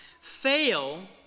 fail